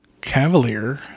Cavalier